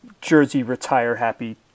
jersey-retire-happy